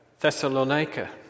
Thessalonica